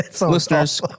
Listeners